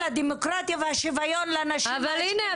הדמוקרטיה והשוויון לנשים -- אבל הנה,